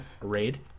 Raid